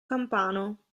campano